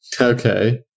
Okay